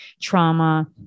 trauma